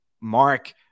mark